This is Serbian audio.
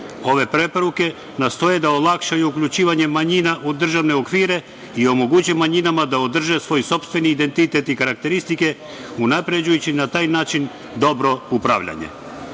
Ove preporuke nastoje da olakšaju uključivanje manjina u državne okvire i omoguće manjinama da održe svoj sopstveni identitet i karakteristike unapređujući na taj način dobro upravljanje. Ljubljanske